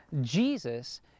Jesus